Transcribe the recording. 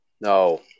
No